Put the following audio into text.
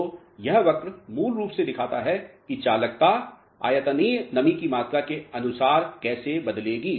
तो यह वक्र मूल रूप से दिखाता है कि चालकता आयतनीय नमी की मात्रा के अनुसार कैसे बदलेगी